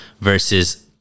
versus